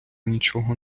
нічого